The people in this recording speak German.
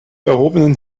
erhobenen